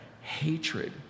hatred